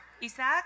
Isaac